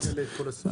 אל תגלה את כל הסודות.